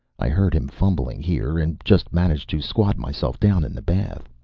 i heard him fumbling here and just managed to squat myself down in the bath,